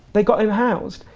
they got him housed,